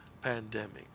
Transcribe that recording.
pandemic